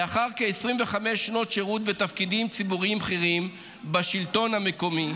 לאחר כ-25 שנות שירות בתפקידים ציבוריים בכירים בשלטון המקומי,